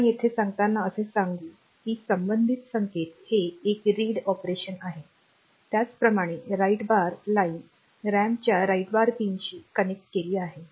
आपण येथे सांगताना असे सांगू की संबंधित संकेत हे एक रीड ऑपरेशन आहे त्याचप्रमाणे राइट बार लाइन रैमच्या राईट बार पिनशी कनेक्ट केली आहे